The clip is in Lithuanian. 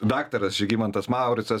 daktaras žygimantas mauricas